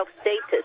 status